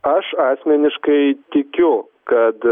aš asmeniškai tikiu kad